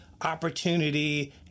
opportunity